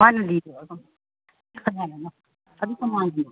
ꯀꯅꯥꯅꯅꯣ ꯑꯗꯨ ꯀꯅꯥꯒꯤꯅꯣ